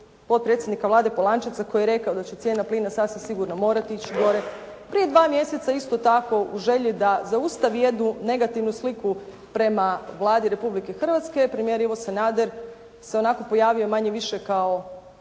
potpredsjednika Vlade Polančeca koji je rekao da će cijena plina sasvim sigurno morati ići gore, prije dva mjeseca isto tako u želji da zaustavi jednu negativnu sliku prema Vladi Republike Hrvatske premijer Ivo Sanader se onako pojavio manje-više kao